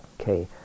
Okay